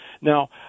Now